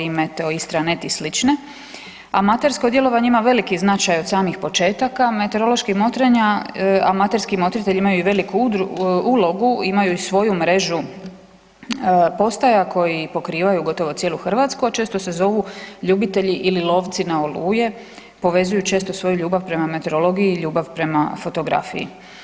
IstraMet i slične, amatersko djelovanje ima veliki značaj od samih početaka meteoroloških motrenja, amaterski motritelji imaju veliku ulogu i imaju svoju mrežu postaja koje pokrivaju gotovo cijelu Hrvatsku, a često se zovu ljubitelji ili lovci na oluje, povezuju često svoju ljubav prema meteorologiji i ljubav prema fotografiji.